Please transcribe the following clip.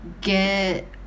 get